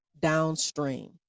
downstream